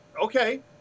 okay